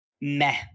meh